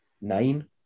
nine